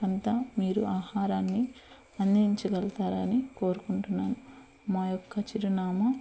కంత మీరు ఆహారాన్ని అందించగలతారని కోరుకుంటున్నాను మా యొక్క చిరునామా